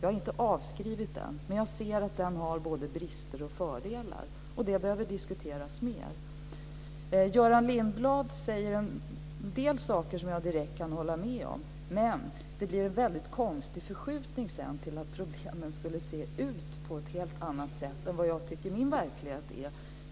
Jag har inte avskrivit den, men jag ser att den har både brister och fördelar. Det behöver diskuteras mer. Göran Lindblad säger en del saker som jag direkt kan hålla med om. Men det blir en väldigt konstig förskjutning sedan till att problemen skulle se ut på ett helt annat sätt än vad jag tycker att min verklighet ser ut som.